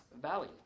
valley